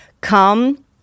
Come